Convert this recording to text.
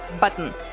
button